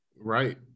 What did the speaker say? Right